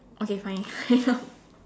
okay fine